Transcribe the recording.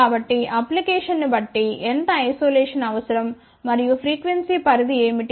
కాబట్టి అప్లికేషన్స్ ని బట్టి ఎంత ఐసోలేషన్ అవసరం మరియు ఫ్రీక్వెన్సీ పరిధి ఏమిటి